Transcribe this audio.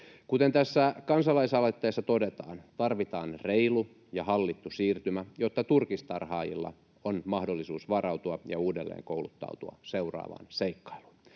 Kuten tässä kansalaisaloitteessa todetaan, tarvitaan reilu ja hallittu siirtymä, jotta turkistarhaajilla on mahdollisuus varautua ja uudelleen kouluttautua seuraavaan seikkailuun.